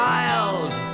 Child